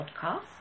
podcast